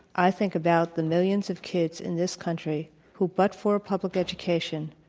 i think about the millions of kids in this country who, but for public education,